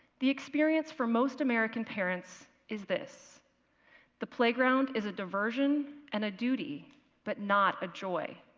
the experience for most american parents is this the playground is a diversion and a duty but not a joy.